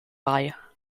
bei